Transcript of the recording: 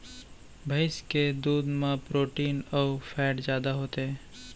भईंस के दूद म प्रोटीन अउ फैट जादा होथे